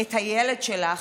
את הילד שלך,